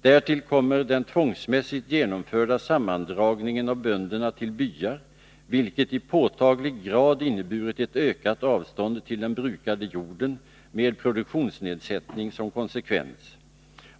Därtill kommer den tvångsmässigt genomförda sammandragningen av bönderna till byar, vilket i påtaglig grad inneburit ett ökat avstånd till den brukade jorden med produktionsnedsättning som konsekvens.